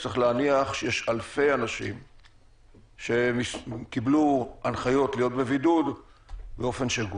צריך להניח שיש אלפי אנשים שקיבלו הנחיות להיות בבידוד באופן שגוי.